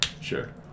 Sure